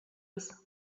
ist